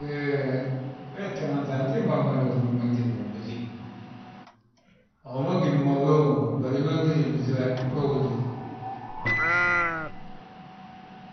Hee wee talanŧ antimbaa mmada húri wi ma ngitili ma blúŧi. A wi ma ugíni mo wee wi uhúru, bari, wi ma ngí blúŧi we, we uu ttúur han.